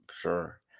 Sure